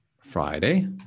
Friday